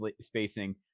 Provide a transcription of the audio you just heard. spacing